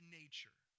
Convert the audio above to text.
nature